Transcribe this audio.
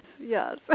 yes